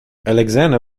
alexander